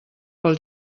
pel